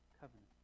covenant